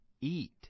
eat